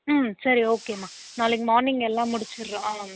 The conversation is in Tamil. ம் சரி ஓகேம்மா நாளைக்கு மார்னிங் எல்லாம் முடிச்சிடுறோம் ம்